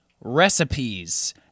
recipes